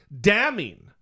damning